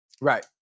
Right